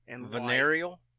Venereal